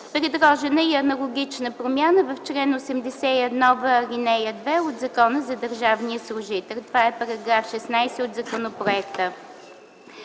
Предложена е и аналогична промяна в чл. 81в, ал. 2 от Закона за държавния служител. Това е § 16 от законопроекта.